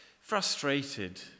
frustrated